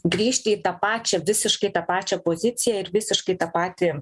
grįžti į tą pačią visiškai tą pačią poziciją ir visiškai tą patį